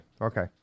Okay